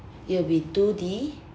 it will be two D